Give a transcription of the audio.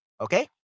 Okay